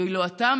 ואילו אתה,